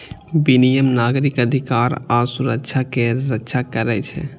विनियम नागरिक अधिकार आ सुरक्षा के रक्षा करै छै